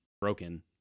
broken